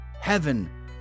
heaven